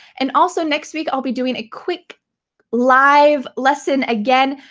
and also next week i'll be doing a quick live lesson again,